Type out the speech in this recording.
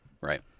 right